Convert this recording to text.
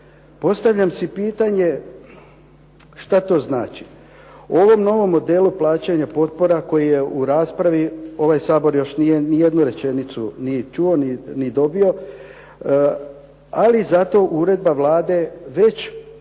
Postavljam si pitanje što to znači? U ovom novom modelu plaćanja potpora koji je u raspravi ovaj Sabor nije ni jednu rečenicu ni čuo ni dobio, ali zato uredba Vlade već